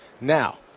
Now